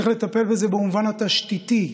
צריך לטפל בזה במובן התשתיתי,